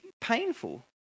painful